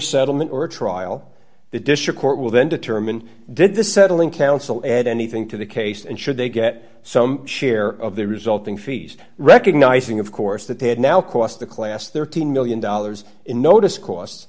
settlement or a trial the district court will then determine did the settling council add anything to the case and should they get some share of the resulting fees recognizing of course that they have now cost the class thirteen million dollars in notice costs